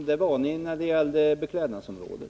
Det var ni när det gällde beklädnadsområdet.